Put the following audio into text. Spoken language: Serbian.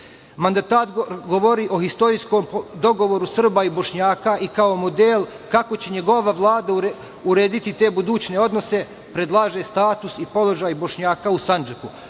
Mandatar govori o istorijskom dogovoru Srba i Bošnjaka i kao model kako će njegova Vlada urediti te buduće odnose predlaže status i položaj Bošnjaka u